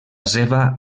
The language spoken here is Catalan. seva